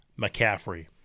McCaffrey